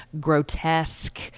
grotesque